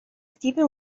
steven